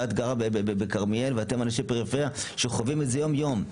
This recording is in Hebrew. ואת גרה בכרמיאל ואתם אנשי פריפריה שחווים את זה יומיום,